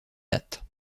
date